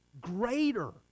greater